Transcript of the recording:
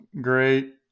great